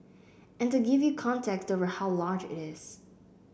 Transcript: and to give you context over how large it is